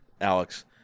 Alex